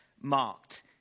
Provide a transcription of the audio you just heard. marked